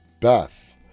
Beth